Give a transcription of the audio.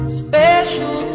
special